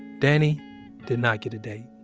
danny did not get a date